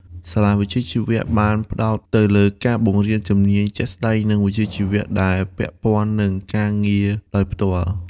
សាលាវិជ្ជាជីវៈ បានផ្តោតទៅលើការបង្រៀនជំនាញជាក់ស្តែងនិងវិជ្ជាជីវៈដែលពាក់ព័ន្ធនឹងការងារដោយផ្ទាល់។